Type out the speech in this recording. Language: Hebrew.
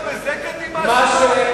גם בזה קדימה אשמה?